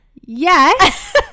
Yes